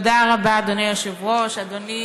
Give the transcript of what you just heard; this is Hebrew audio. תודה רבה, אדוני היושב-ראש, אדוני